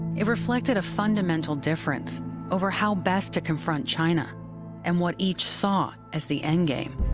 it reflected a fundamental difference over how best to confront china and what each saw as the endgame.